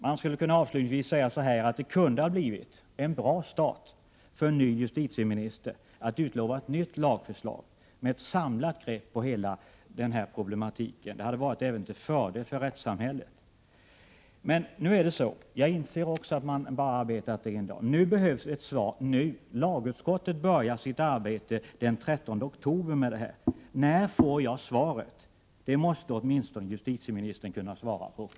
Avslutningsvis kan jag säga att det för den nya justitieministern kunde ha blivit en bra start genom att utlova ett nytt lagförslag med ett samlat grepp kring hela problemet. Det hade även varit till fördel för hela rättssamhället. Jag vet att Laila Freivalds har arbetat som justitieminister en dag, men det behövs ett svar nu. Lagutskottet börjar arbeta den 13 oktober. När får jag svaret? Justitieministern måste åtminstone kunna svara på det.